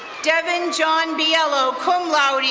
devin john bielo, cum laude,